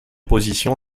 position